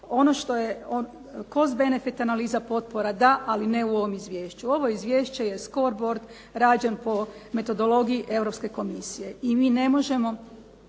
ne razumije./… benefit analiza potpora da, ali ne u ovom izvješću. Ovo izvješće je skor bord rađen po metodologiji Europske Komisije, i mi ne možemo,